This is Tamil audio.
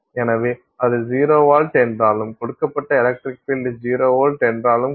எனவே அது 0 வோல்ட் என்றாலும் கொடுக்கப்பட்ட எலக்ட்ரிக் பீல்டு 0 வோல்ட் என்றாலும் கூட